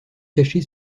caché